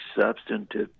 substantive